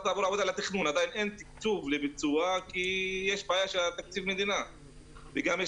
עדיין אין תקצוב לביצוע כי יש בעיה של תקציב מדינה וגם יש